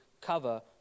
cover